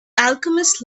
alchemist